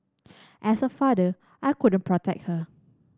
as a father I couldn't protect her